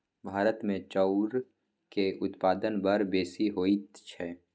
भारतमे चाउरक उत्पादन बड़ बेसी होइत छै